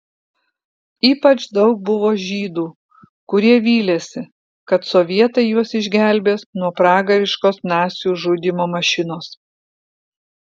ypač daug buvo žydų kurie vylėsi kad sovietai juos išgelbės nuo pragariškos nacių žudymo mašinos